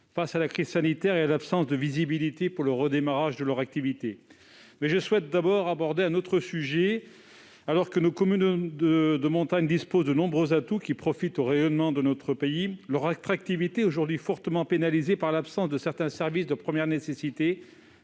face à la crise sanitaire et à l'absence de visibilité pour le redémarrage de leurs activités. Je souhaite aborder un autre sujet. Alors que nos communes de montagne disposent de nombreux atouts qui contribuent au rayonnement de notre pays, leur attractivité est aujourd'hui fortement pénalisée par l'absence de certains services de première nécessité,